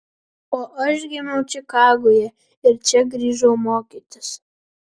o aš gimiau čikagoje ir čia grįžau mokytis